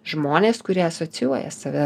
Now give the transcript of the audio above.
žmonės kurie asocijuoja save